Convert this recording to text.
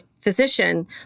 physician